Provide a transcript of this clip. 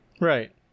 Right